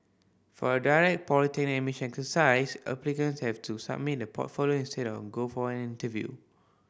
for the direct polytechnic admission exercise applicants have to submit a portfolio instead and go for an interview